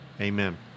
Amen